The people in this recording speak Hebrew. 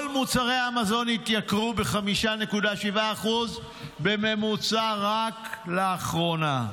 כל מוצרי המזון התייקרו ב-5.7% בממוצע רק לאחרונה.